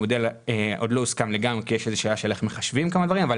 המודל עוד לא הוסכם לגמרי כי יש שאלה של איך מחשבים כמה דברים אבל